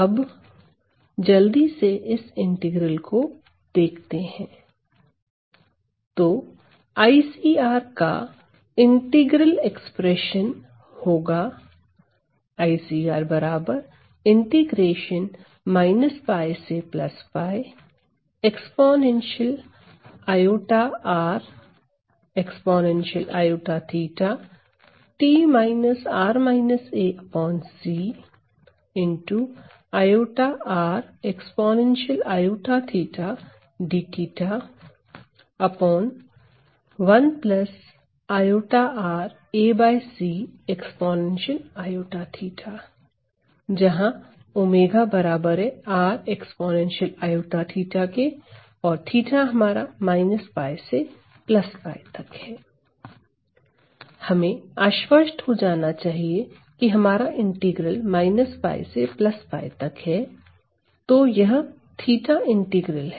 अब जल्दी से इस इंटीग्रल को देखते हैं तो IcRका इंटीग्रल एक्सप्रेशन होगा हमें आश्वस्त हो जाना चाहिए कि हमारा इंटीग्रल 𝞹 से 𝞹 तक है तो यह θ इंटीग्रल है